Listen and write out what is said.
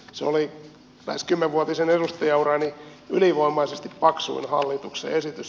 se oli lähes kymmenvuotisen edustajaurani ylivoimaisesti paksuin hallituksen esitys